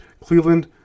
Cleveland